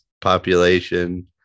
population